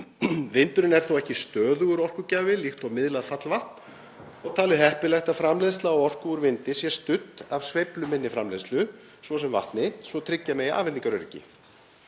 Vindurinn er þó ekki stöðugur orkugjafi líkt og miðlað fallvatn og talið heppilegt að framleiðsla á orku úr vindi sé studd af sveifluminni framleiðslu, svo sem með vatni, svo tryggja megi afhendingaröryggi.